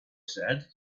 said